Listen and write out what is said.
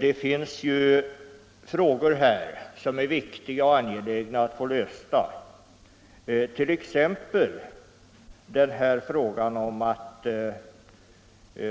Det finns ju frågor här som det är viktigt och angeläget att lösa, t.ex. frågan om att